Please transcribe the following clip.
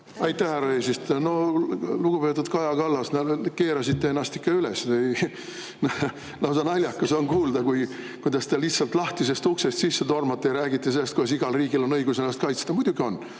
Aitäh, härra eesistuja! Lugupeetud Kaja Kallas, te keerasite ennast ikka üles. Lausa naljakas on kuulda, kuidas te lihtsalt lahtisest uksest sisse tormate ja räägite sellest, et igal riigil on õigus ennast kaitsta. Muidugi on,